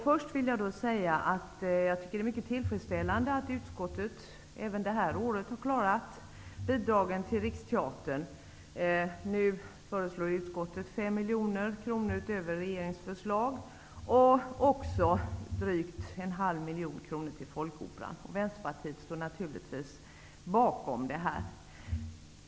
Först vill jag säga att jag tycker att det är mycket tillfredsställande att utskottet även detta år har klarat en ökning av bidraget till Riksteatern. Nu föreslår utskottet 5 miljoner kronor utöver regeringens förslag och drygt 500 000 kr till Folkoperan. Vänsterpartiet står naturligtvis bakom detta.